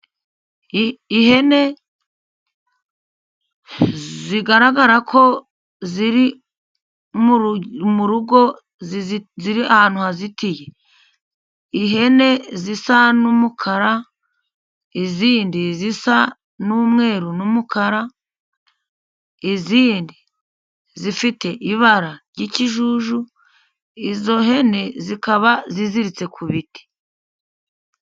Ihene zigaragara ko ziri mu ru, mu rugo zizi ziri ahantu hazitiye. Ihene zisa n'umukara ,izindi zisa n'umweru, n'umukara, izindi zifite ibara ry'ikijuju. Izo hene zikaba ziziritse ku biti.